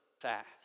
fast